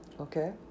okay